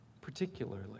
particularly